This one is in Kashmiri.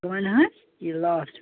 کٕمَن حظ یہِ لاسٹہٕ